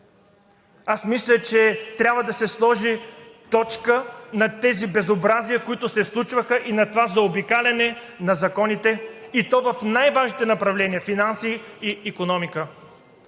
Мисля, че трябва да се сложи точка на тези безобразия, които се случваха, на това заобикаляне на законите, и то в най-важните направления – финанси и икономика.